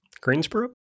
Greensboro